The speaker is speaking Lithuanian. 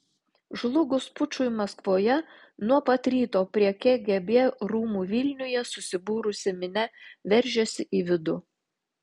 žlugus pučui maskvoje nuo pat ryto prie kgb rūmų vilniuje susibūrusi minia veržėsi į vidų